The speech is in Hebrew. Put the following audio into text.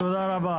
תודה רבה.